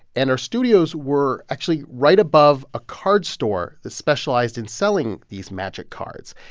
and our studios were actually right above a card store that specialized in selling these magic cards.